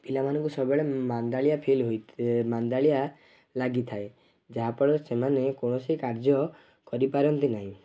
ପିଲାମାନଙ୍କୁ ସବୁବେଳେ ମନ୍ଦାଳିଆ ଫିଲ୍ ହୋଇ ମନ୍ଦାଳିଆ ଲାଗିଥାଏ ଯାହା ଫଳରେ ସେମାନେ କୌଣସି କାର୍ଯ୍ୟ କରିପାରନ୍ତି ନାହିଁ